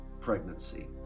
pregnancy